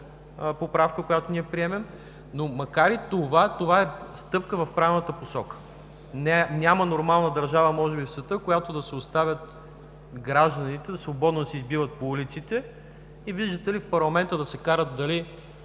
поправка, която ние приемем, но макар и това, е стъпка в правилната посока. Няма нормална държава може би в света, в която гражданите да се оставят свободно да се избиват по улиците, и, виждате ли, в парламента да се карат дали